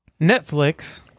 Netflix